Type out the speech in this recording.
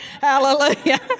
Hallelujah